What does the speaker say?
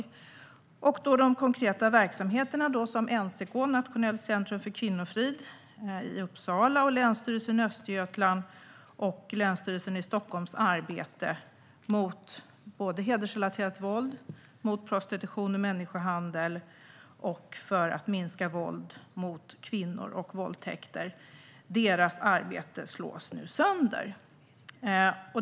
Det konkreta arbete som görs av verksamheter som NCK, Nationellt centrum för kvinnofrid, i Uppsala och Länsstyrelsen i Östergötland och Länsstyrelsen i Stockholm mot hedersrelaterat våld, mot prostitution och människohandel och för att minska våld mot kvinnor och våldtäkter slås nu sönder.